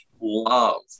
love